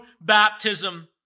baptism